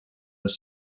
was